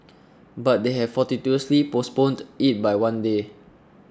but they had fortuitously postponed it by one day